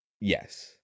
Yes